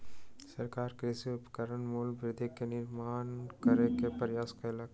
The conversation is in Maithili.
सरकार कृषि उपकरणक मूल्य वृद्धि के नियंत्रित करै के प्रयास कयलक